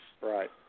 right